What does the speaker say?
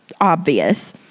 obvious